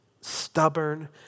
stubborn